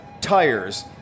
tires